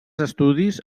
estudis